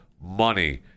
money